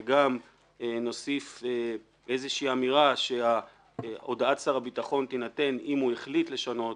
וגם נוסיף איזושהי אמירה שהודעת שר הביטחון תינתן אם הוא החליט לשנות,